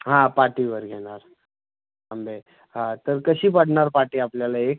हा पाटीवर घेणार आंबे हां तर कशी पडणार पाटी आपल्याला एक